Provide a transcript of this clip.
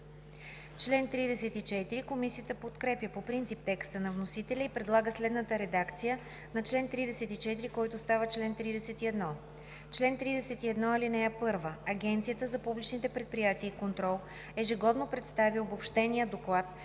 Комисията подкрепя по принцип текста на вносителя и предлага следната редакция на чл. 34, който става чл. 31: „Чл. 31. (1) Агенцията за публичните предприятия и контрол ежегодно представя обобщения доклад